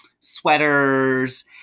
sweaters